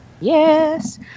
Yes